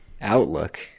outlook